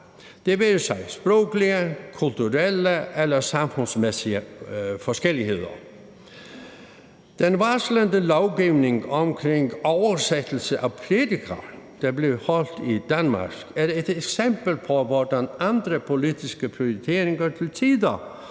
sig sproglige, kulturelle eller samfundsmæssige forskelligheder. Den varslede lovgivning om oversættelse af prædikener, der bliver holdt i Danmark, er et eksempel på, hvordan andre politiske prioriteringer til tider